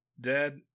Dad